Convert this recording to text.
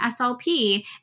SLP